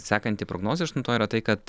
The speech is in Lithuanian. sekanti prognozė aštuntoji yra tai kad